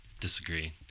disagree